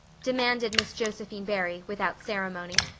demanded miss josephine barry, without ceremony.